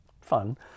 fun